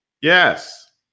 Yes